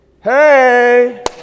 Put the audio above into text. hey